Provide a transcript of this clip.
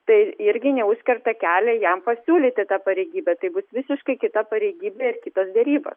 tai irgi neužkerta kelio jam pasiūlyti tą pareigybę tai bus visiškai kita pareigybė ir kitos derybo